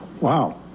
Wow